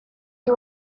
you